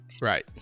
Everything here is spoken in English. right